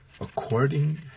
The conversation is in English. according